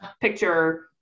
picture